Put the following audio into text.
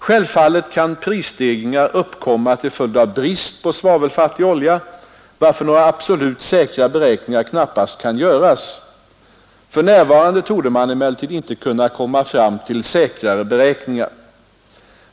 Självfallet kan prisstegringar uppkomma till följd av brist på svavelfattig olja, varför några absolut säkra beräkningar knappast kan göras. För närvarande torde man emellertid inte kunna komma fram till säkrare beräkningar.